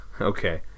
Okay